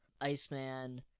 Iceman